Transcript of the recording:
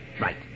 Right